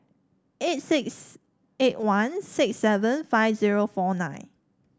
eight six eight one ix seven five zero four nine